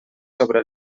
sobre